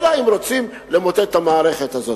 אלא אם כן רוצים למוטט את המערכת הזאת.